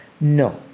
No